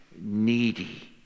needy